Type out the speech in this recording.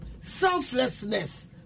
selflessness